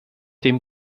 dem